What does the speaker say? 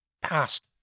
past